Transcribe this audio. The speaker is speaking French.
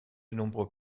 nombreux